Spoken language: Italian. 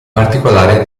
particolare